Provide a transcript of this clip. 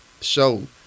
show